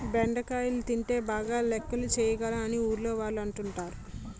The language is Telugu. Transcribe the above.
బెండకాయలు తింటే బాగా లెక్కలు చేయగలం అని ఊర్లోవాళ్ళు అంటుంటారు